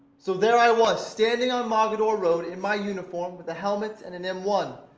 so there i was, standing on mogadore road in my uniform, with a helmet and an m one.